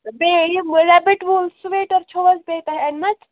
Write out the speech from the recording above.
بیٚیہِ یِم rabbit wool sweater چھِو حظ بیٚیہِ تۄہہِ اَنہِ مَژٕ